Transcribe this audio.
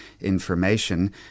information